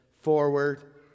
forward